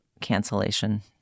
cancellation